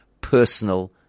personal